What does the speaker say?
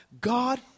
God